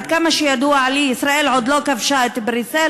עד כמה שידוע לי, ישראל עוד לא כבשה את בריסל.